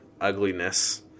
ugliness